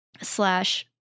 slash